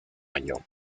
año